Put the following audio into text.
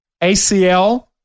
ACL